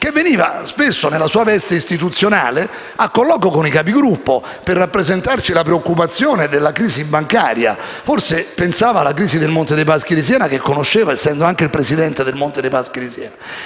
veniva spesso nella sua veste istituzionale a colloquio con i Capigruppo per rappresentarci la preoccupazione della crisi bancaria; forse pensava alla crisi del Monte dei Paschi di Siena che conosceva, essendo anche presidente di questo istituto